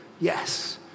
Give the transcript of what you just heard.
Yes